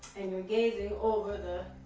and you're gazing over the